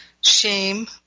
shame